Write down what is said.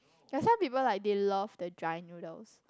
ya some people like they love the dry noodles